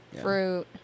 Fruit